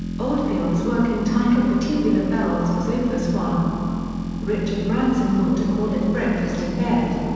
oldfield's working title for tubular bells was opus one richard branson thought to call it breakfast in bed.